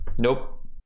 Nope